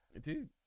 Dude